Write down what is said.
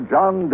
John